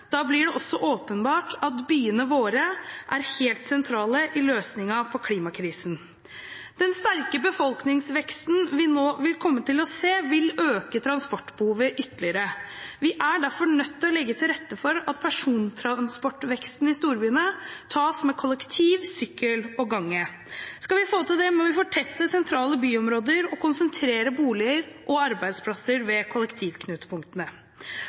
Da blir det også åpenbart at byene våre er helt sentrale i løsningen av klimakrisen. Den sterke befolkningsveksten vi nå vil komme til å se, vil øke transportbehovet ytterligere. Vi er derfor nødt til å legge til rette for at persontransportveksten i storbyene tas med kollektivtrafikk, sykkel og gange. Skal vi få til det, må vi fortette sentrale byområder og konsentrere boliger og arbeidsplasser ved